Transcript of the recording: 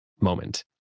moment